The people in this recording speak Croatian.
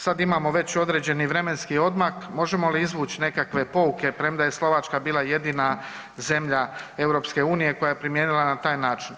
Sad imamo već određeni vremenski odmak možemo li izvući nekakve pouke premda je Slovačka bila jedina zemlja EU koja je primijenila na taj način.